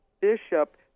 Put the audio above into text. bishop